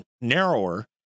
narrower